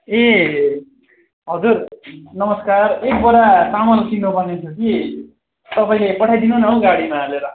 ए हजुर नमस्कार एक बोरा चामल किन्नु पर्ने थियो कि तपाईँले पठाइदिनु न हौ गाडीमा हालेर